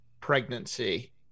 pregnancy